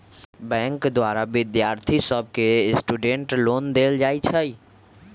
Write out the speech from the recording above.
bank द्वारा विद्यार्थि सभके स्टूडेंट लोन देल जाइ छइ